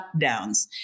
lockdowns